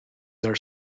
their